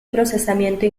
procesamiento